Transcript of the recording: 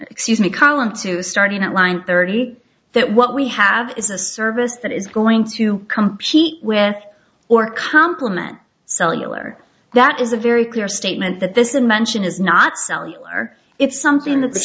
excuse me column two starting at line thirty that what we have is a service that is going to compete with or complement cellular that is a very clear statement that this in mention is not cellular it's something that the